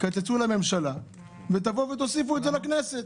תקצצו לממשלה ותוסיפו לכנסת.